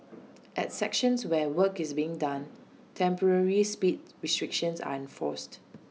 at sections where work is being done temporary speed restrictions are enforced